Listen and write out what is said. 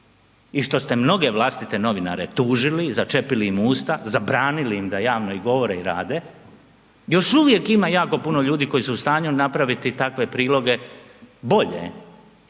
i što ste mnoge vlastite novinare tužili, začepili im usta, zabranili im da javno i govore i rade, još uvijek ima jako puno ljudi koji su u stanju napraviti takve priloge bolje